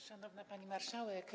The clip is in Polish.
Szanowna Pani Marszałek!